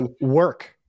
work